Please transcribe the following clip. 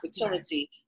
opportunity